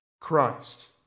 Christ